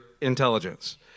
intelligence